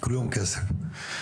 כלום כסף.